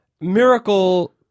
miracle